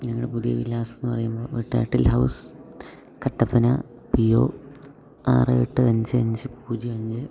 ഞങ്ങളുടെ പുതിയ വില്ലാസം എന്നു പറയുമ്പോൾ വിത്താട്ടിൽ ഹൗസ് കട്ടപ്പന പി ഒ ആറ് എട്ട് അഞ്ച് അഞ്ച് പൂജ്യം അഞ്ച്